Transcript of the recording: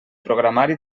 programari